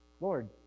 Lord